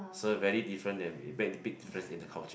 so very different and very big difference in the culture